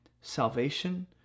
salvation